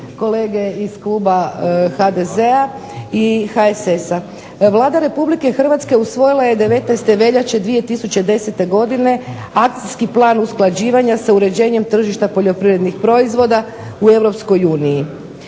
kolege iz kluba HDZ-a i HSS-a. Vlada Republike Hrvatske usvojila je 19. veljače 2010. godine Akcijski plan usklađivanja sa uređenjem tržišta poljoprivrednih proizvoda u